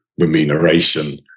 remuneration